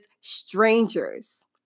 strangers